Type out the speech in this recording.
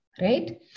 right